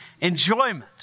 enjoyment